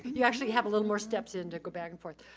you actually have a little more steps in to go back and forth.